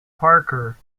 parker